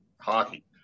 hockey